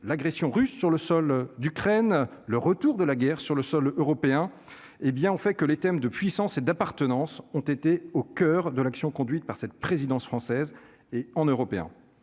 l'agression russe sur le Sol d'Ukraine, le retour de la guerre sur le sol européen, hé bien au fait que les thèmes de puissance et d'appartenance, ont été au coeur de l'action conduite par cette présidence française et en européen